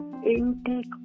Intake